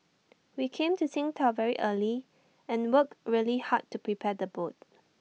we came to Qingdao very early and worked really hard to prepare the boat